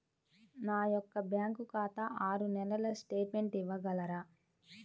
నా యొక్క బ్యాంకు ఖాతా ఆరు నెలల స్టేట్మెంట్ ఇవ్వగలరా?